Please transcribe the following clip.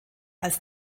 als